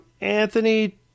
Anthony